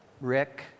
rick